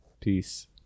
Peace